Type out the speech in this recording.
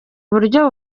uburyo